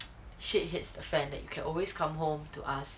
shit hits the fence you can always come home to us